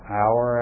hour